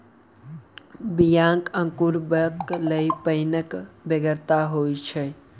बियाक अंकुरयबाक लेल पाइनक बेगरता होइत छै